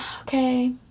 okay